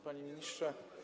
Panie Ministrze!